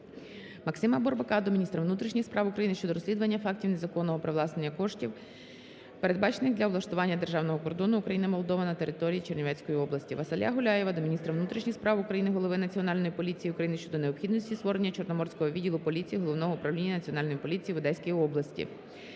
Максима Бурбака до міністра внутрішніх справ України щодо розслідування фактів незаконного привласнення коштів, передбачених для облаштування державного кордону Україна-Молдова на території Чернівецької області. Василя Гуляєва до міністра внутрішніх справ України, голови Національної поліції України щодо необхідності створення Чорноморського відділу поліції Головного управління Національної поліції в Одеської області.